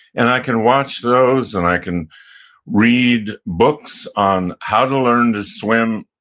and i can watch those, and i can read books on how to learn to swim,